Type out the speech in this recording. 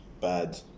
bad